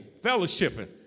fellowshipping